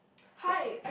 hi